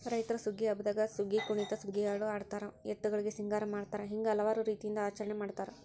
ರೈತ್ರು ಸುಗ್ಗಿ ಹಬ್ಬದಾಗ ಸುಗ್ಗಿಕುಣಿತ ಸುಗ್ಗಿಹಾಡು ಹಾಡತಾರ ಎತ್ತುಗಳಿಗೆ ಸಿಂಗಾರ ಮಾಡತಾರ ಹಿಂಗ ಹಲವಾರು ರೇತಿಯಿಂದ ಆಚರಣೆ ಮಾಡತಾರ